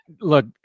Look